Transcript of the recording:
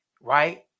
right